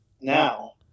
now